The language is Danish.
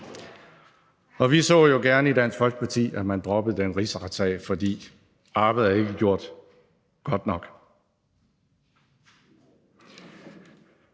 og vi så jo gerne i Dansk Folkeparti, at man droppede den rigsretssag, fordi arbejdet ikke er gjort godt nok.